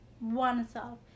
oneself